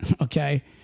okay